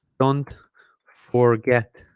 don't forget